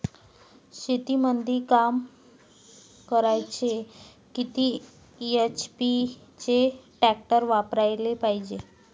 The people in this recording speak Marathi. शेतीमंदी काम करायले किती एच.पी चे ट्रॅक्टर वापरायले पायजे?